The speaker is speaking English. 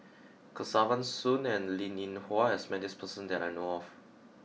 Kesavan Soon and Linn In Hua has met this person that I know of